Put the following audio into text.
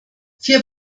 vier